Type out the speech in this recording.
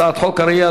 הצעת חוק הרעייה,